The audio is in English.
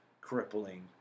crippling